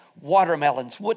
watermelons